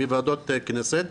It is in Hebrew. מוועדות הכנסת.